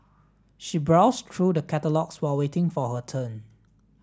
she browsed through the catalogues while waiting for her turn